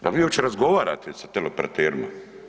Jel vi uopće razgovarate sa teleoperaterima?